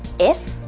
if,